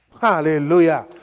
Hallelujah